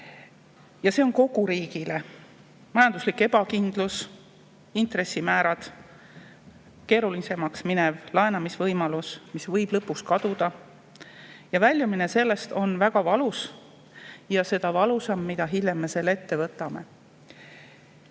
[avalduvad] kogu riigile: majanduslik ebakindlus, intressimäärad, keerulisemaks minev laenamisvõimalus, mis võib lõpuks kaduda. Väljumine sellest [keerisest] on väga valus ja seda valusam, mida hiljem me selle ette võtame.